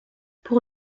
pour